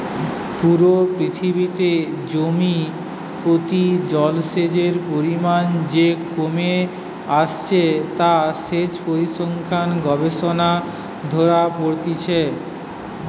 পুরো পৃথিবীতে জমি প্রতি জলসেচের পরিমাণ যে কমে আসছে তা সেচ পরিসংখ্যান গবেষণাতে ধোরা পড়ছে